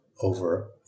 over